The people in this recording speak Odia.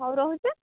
ହଉ ରହୁଛି